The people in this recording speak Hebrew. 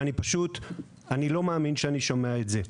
ואני פשוט לא מאמין שאני שומע את זה.